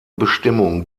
bestimmung